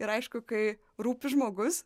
ir aišku kai rūpi žmogus